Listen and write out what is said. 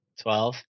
Twelve